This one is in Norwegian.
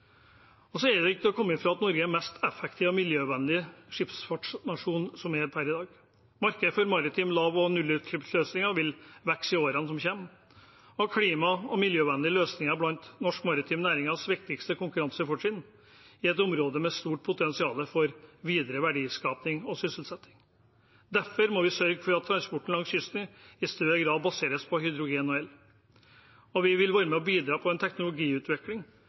Det er ikke til å komme fra at Norge er den mest effektive og miljøvennlige skipsfartsnasjonen per i dag. Markedet for maritim lav- og nullutslippsløsninger vil vokse i årene som kommer, og klima- og miljøvennlige løsninger er blant norske maritime næringers viktigste konkurransefortrinn i et område med stort potensial for videre verdiskaping og sysselsetting. Derfor må vi sørge for at transporten langs kysten i større grad baseres på hydrogen og el. Vi vil være med og bidra til en teknologiutvikling